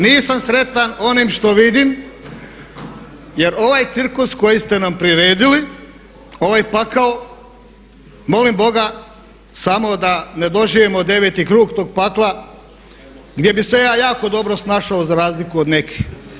Nisam sretan onim što vidim jer ovaj cirkus koji ste nam priredili, ovaj pakao molim Boga samo da ne doživimo 9. krug tog pakla gdje bih se ja jako dobro snašao za razliku od nekih.